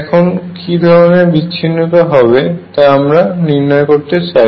এখন কি ধরনের বিচ্ছিন্নতা হবে তা আমরা নির্নয় করতে চাই